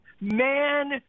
man –